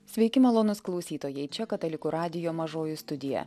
sveiki malonūs klausytojai čia katalikų radijo mažoji studija